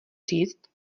říct